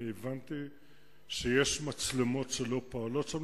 הבנתי שיש מצלמות שלא פועלות שם,